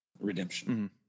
redemption